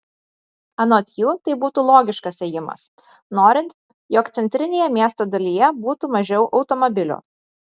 anot jų tai būtų logiškas ėjimas norint jog centrinėje miesto dalyje būtų mažiau automobilių